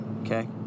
okay